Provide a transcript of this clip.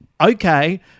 okay